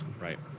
Right